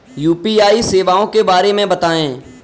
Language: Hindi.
यू.पी.आई सेवाओं के बारे में बताएँ?